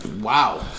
Wow